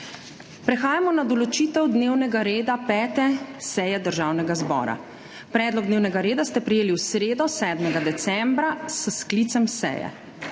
Prehajamo na **določitev dnevnega reda** 5. seje Državnega zbora. Predlog dnevnega reda ste prejeli v sredo, 7. decembra, s sklicem seje.